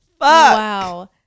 wow